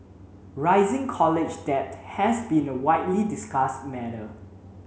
rising college debt has been a widely discussed matter